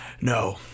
No